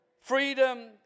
Freedom